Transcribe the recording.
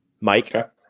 mike